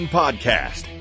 podcast